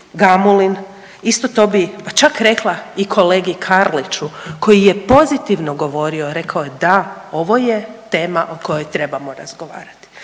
Gamulin, isto to bih čak rekla i kolegi Karliću koji je pozitivno govorio, rekao je da, ovo je tema o kojoj trebamo razgovarati.